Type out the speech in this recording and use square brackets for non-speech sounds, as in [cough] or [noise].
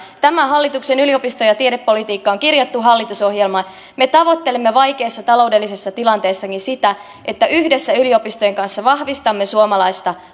tämän hallituksen yliopisto ja tiedepolitiikka on kirjattu hallitusohjelmaan me tavoittelemme vaikeassa taloudellisessa tilanteessakin sitä että yhdessä yliopistojen kanssa vahvistamme suomalaista [unintelligible]